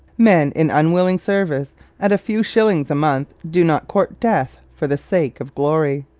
men in unwilling service at a few shillings a month do not court death for the sake of glory.